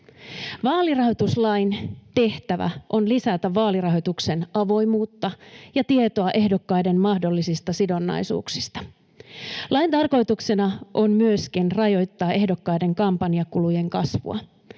Vaalirahoituslain tehtävä on lisätä vaalirahoituksen avoimuutta ja tietoa ehdokkaiden mahdollisista sidonnaisuuksista. Lain tarkoituksena on myöskin rajoittaa ehdokkaiden kampanjakulujen kasvua.